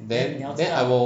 then then I will